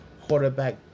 quarterback